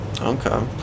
Okay